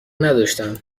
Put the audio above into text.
نداشتم